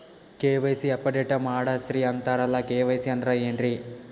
KYC update ಮಾಡಸ್ರೀ ಅಂತರಲ್ಲ KYC ಅಂದ್ರ ಏನ್ರೀ?